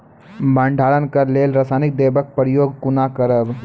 भंडारणक लेल रासायनिक दवेक प्रयोग कुना करव?